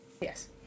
Yes